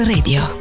Radio